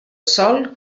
sòl